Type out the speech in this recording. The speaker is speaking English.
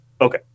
Okay